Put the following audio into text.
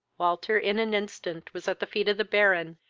walter in an instant was at the feet of the baron,